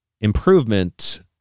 Improvement